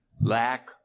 Lack